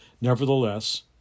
Nevertheless